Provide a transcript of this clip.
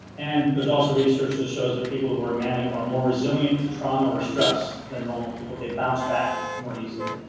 and there's also research that shows that people who are manic or more resilient to trauma or stress than normal people they bounce back more easily.